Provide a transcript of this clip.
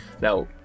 Now